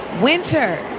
winter